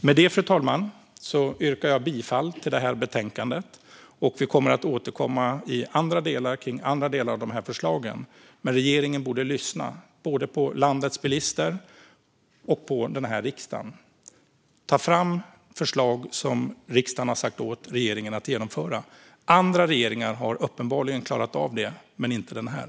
Med det, fru talman, yrkar jag bifall till förslaget i betänkandet. Vi kommer att återkomma kring andra delar av de här förslagen. Regeringen borde lyssna på landets bilister och på den här riksdagen. Ta fram förslag som riksdagen har sagt åt regeringen att genomföra! Andra regeringar har uppenbarligen klarat av det, men inte den här.